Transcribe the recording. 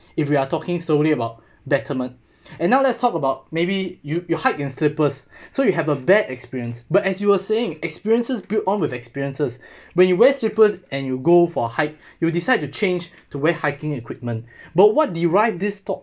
if we are talking slowly about betterment and now let's talk about maybe you you hike in slippers so you have a bad experience but as you were saying experiences build on with experiences when you wear slippers and you go for hike you decide to change to wear hiking equipment but what derive this talk